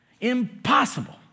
Impossible